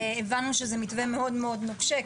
הבנו שזה מתווה מאוד מאוד נוקשה,